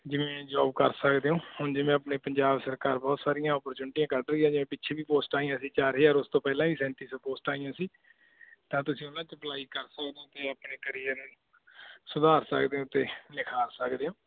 ਜਿਵੇਂ ਜੋਬ ਕਰ ਸਕਦੇ ਹੋ ਹੁਣ ਜਿਵੇਂ ਆਪਣੇ ਪੰਜਾਬ ਸਰਕਾਰ ਬਹੁਤ ਸਾਰੀਆਂ ਓਪਰਚੁਨਟੀਆਂ ਕੱਢ ਰਹੀ ਹੈ ਜਿਵੇਂ ਪਿੱਛੇ ਵੀ ਪੋਸਟਾਂ ਆਈਆਂ ਸੀ ਚਾਰ ਹਜ਼ਾਰ ਉਸ ਤੋਂ ਪਹਿਲਾਂ ਵੀ ਸੈਂਤੀ ਸੌ ਪੋਸਟਾਂ ਆਈਆਂ ਸੀ ਤਾਂ ਤੁਸੀਂ ਉਹਨਾਂ 'ਚ ਅਪਲਾਈ ਕਰ ਸਕਦੇ ਹੋ ਅਤੇ ਆਪਣੇ ਕਰੀਅਰ ਸੁਧਾਰ ਸਕਦੇ ਹੋ ਅਤੇ ਨਿਖਾਰ ਸਕਦੇ ਹੋ